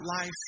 life